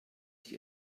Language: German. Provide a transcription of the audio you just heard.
sich